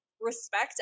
respect